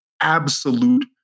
absolute